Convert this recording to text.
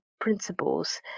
principles